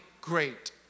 great